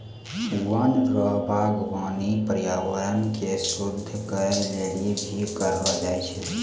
वन रो वागबानी पर्यावरण के शुद्ध करै लेली भी करलो जाय छै